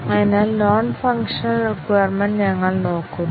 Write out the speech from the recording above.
അതിനാൽ non functional requirement ഞങ്ങൾ നോക്കുന്നു